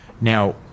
Now